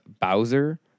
Bowser